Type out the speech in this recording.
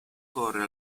corre